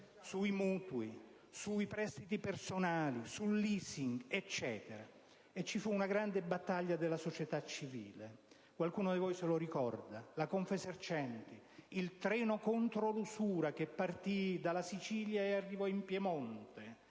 (mutui, prestiti personali, *leasing,* eccetera). Vi fu una grande battaglia della società civile. Qualcuno di voi lo ricorda. La battaglia della Confesercenti, il treno contro l'usura che partì dalla Sicilia e arrivò in Piemonte,